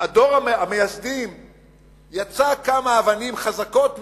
דור המייסדים יצק כמה אבנים חזקות מאוד,